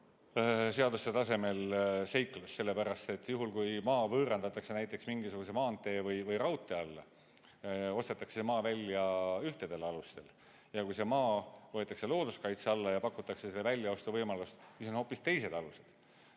täna seaduse tasemel seiklust, sellepärast et juhul, kui maa võõrandatakse näiteks mingisuguse maantee või raudtee alla, ostetakse maa välja ühtedel alustel, ja kui see maa võetakse looduskaitse alla ja pakutakse väljaostu võimalust, siis on hoopis teised alused.